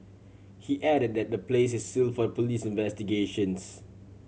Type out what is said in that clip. he added that the place is seal for police investigations